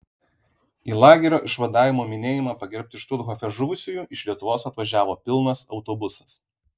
į lagerio išvadavimo minėjimą pagerbti štuthofe žuvusiųjų iš lietuvos atvažiavo pilnas autobusas